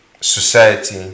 society